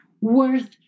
worth